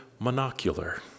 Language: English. monocular